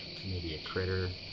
maybe a critter,